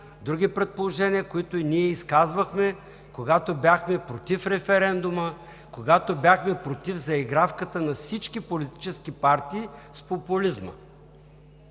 други предположения, които и ние изказвахме, когато бяхме против референдума, когато бяхме против заигравката с популизма на всички политически партии.